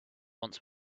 once